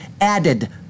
added